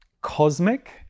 cosmic